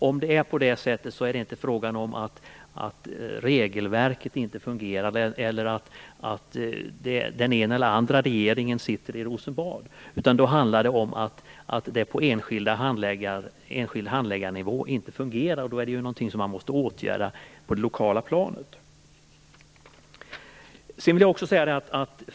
Om det ändå händer så är det inte fråga om att regelverket inte fungerar eller att den ena eller andra regeringen sitter i Rosenbad, utan då handlar det om att något inte fungerar på enskild handläggarnivå, och detta är då något som måste åtgärdas på det lokala planet.